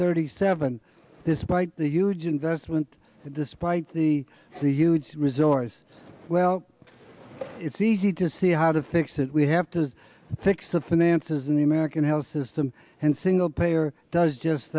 thirty seven this fight the huge investment despite the the huge resource well it's easy to see how to fix it we have to fix the finances in the american health system and single payer does just